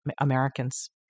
Americans